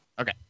Okay